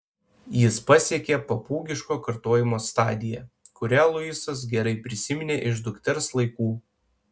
jis pasiekė papūgiško kartojimo stadiją kurią luisas gerai prisiminė iš dukters laikų